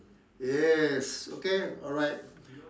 yes okay alright